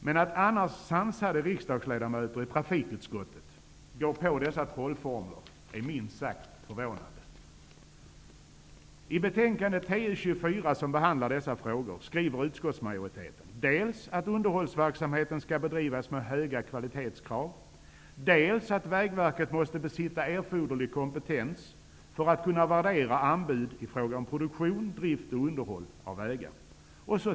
Men att annars sansade riksdagsledamöter i trafikutskottet går på dessa trollformler är minst sagt förvånande. I betänkandet TU24 där dessa frågor behandlas, skriver utskottsmajoriteten dels att underhållsverksamheten skall bedrivas med höga kvalitetskrav, dels att Vägverket måste besitta erforderlig kompetens för att kunna värdera anbud i fråga om produktion, drift och underhåll av vägar.